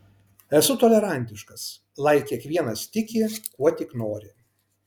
esu tolerantiškas lai kiekvienas tiki kuo tik nori